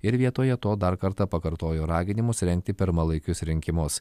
ir vietoje to dar kartą pakartojo raginimus rengti pirmalaikius rinkimus